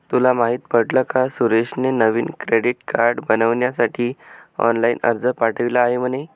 तुला माहित पडल का सुरेशने नवीन क्रेडीट कार्ड बनविण्यासाठी ऑनलाइन अर्ज पाठविला आहे म्हणे